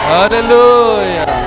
Hallelujah